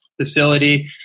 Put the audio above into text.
facility